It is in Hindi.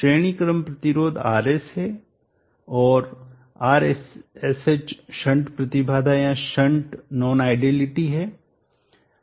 श्रेणी क्रम प्रतिरोध RS है और RSH शंट प्रतिबाधा या शंट नॉन आइडियलिटी है